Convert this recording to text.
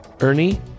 Ernie